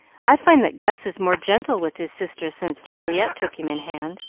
i find that gus is more gentle with his sisters since juliet took him in hand,